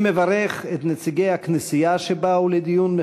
אני מברך את נציגי הכנסייה שבאו לדיון,